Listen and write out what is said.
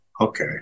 Okay